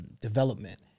development